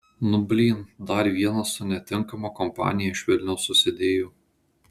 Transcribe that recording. nu blyn dar vienas su netinkama kompanija iš vilniaus susidėjo